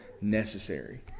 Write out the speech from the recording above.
necessary